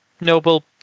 noble